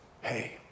Hey